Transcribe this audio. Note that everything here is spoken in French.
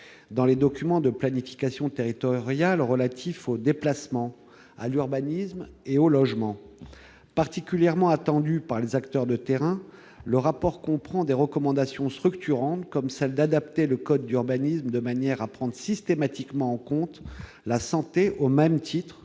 dans les documents de planification territoriale relatifs aux déplacements, à l'urbanisme et au logement. Particulièrement attendu par les acteurs de terrain, le rapport comprend des recommandations structurantes, comme celle d'adapter le code de l'urbanisme de manière à prendre systématiquement en compte la santé au même titre